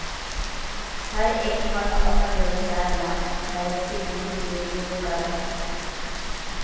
हर एक फर्म अपन व्यवसाय ला कार्यशील पूंजी के उपयोग करा हई